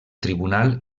tribunal